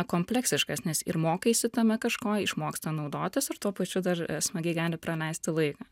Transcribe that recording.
kompleksiškas nes ir mokaisi tame kažko išmoksta naudotis ir tuo pačiu dar smagiai gali praleisti laiką